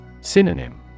Synonym